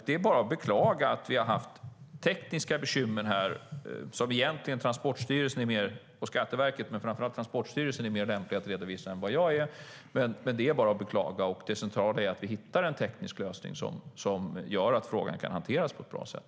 Det är bara att beklaga att vi har haft tekniska bekymmer som Skatteverket och framför allt Transportstyrelsen är mer lämpade att redogöra för än vad jag är. Det är bara att beklaga. Det centrala är att vi hittar en teknisk lösning som gör att frågan kan hanteras på ett bra sätt.